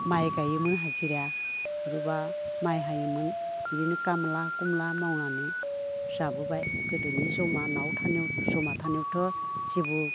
माइ गायोमोन हाजिरा होबा माइ हायोमोन बिदिनो कामला कुमला मावनानै जाबोबाय गोदो न'आव जमा थानायावथ' जेबो